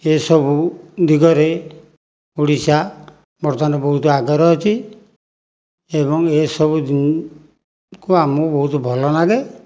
ଏସବୁ ଦିଗରେ ଓଡ଼ିଶା ବର୍ତ୍ତମାନ ବହୁତ ଆଗରେ ଅଛି ଏବଂ ଏସବୁ ଯୁଁ କୁ ଆମକୁ ବହୁତ ଭଲ ଲାଗେ